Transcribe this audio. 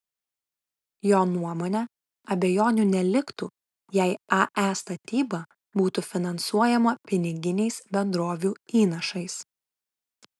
jo nuomone abejonių neliktų jei ae statyba būtų finansuojama piniginiais bendrovių įnašais